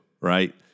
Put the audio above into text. right